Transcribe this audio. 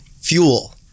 fuel